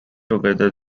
together